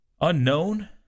unknown